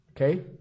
Okay